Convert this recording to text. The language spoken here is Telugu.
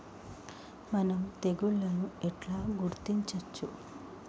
మనం తెగుళ్లను ఎట్లా గుర్తించచ్చు?